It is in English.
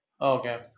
Okay